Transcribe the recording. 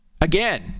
Again